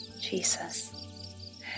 Jesus